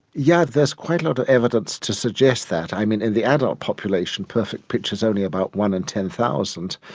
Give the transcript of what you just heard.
yeah there's quite a lot of evidence to suggest that. i mean, in the adult population perfect pitch is only about one in ten thousand,